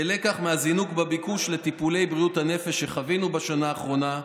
כלקח מהזינוק בביקוש לטיפולי בריאות הנפש שחווינו בשנה האחרונה,